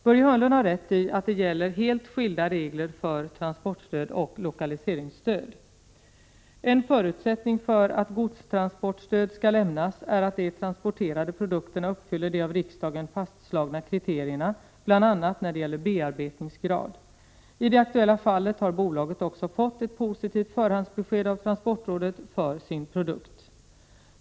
Börje Hörnlund har rätt i att det gäller helt skilda regler för transportstöd och lokaliseringsstöd. En förutsättning för att godstransportstöd skall lämnas är att de transporterade produkterna uppfyller de av riksdagen fastslagna kriterierna bl.a. när det gäller bearbetningsgrad. I det aktuella fallet har bolaget också fått ett positivt förhandsbesked av transportrådet för sin produkt.